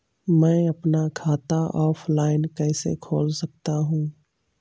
मैं अपना खाता ऑफलाइन कैसे खोल सकता हूँ?